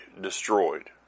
destroyed